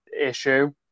issue